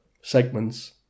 segments